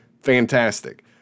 fantastic